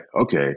Okay